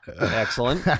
Excellent